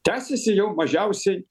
tęsiasi jau mažiausiai